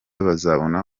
bazabona